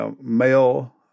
male